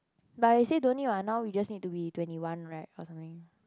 but it say don't need what now we just need to be twenty one right or something